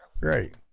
great